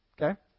Okay